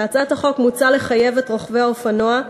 בהצעת החוק מוצע לחייב את רוכבי האופנוע,